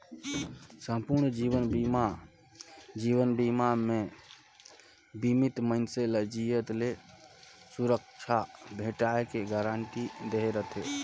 संपूर्न जीवन बीमा जीवन बीमा मे बीमित मइनसे ल जियत ले सुरक्छा भेंटाय के गारंटी दहे रथे